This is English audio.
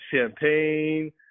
champagne